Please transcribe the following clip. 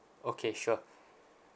okay sure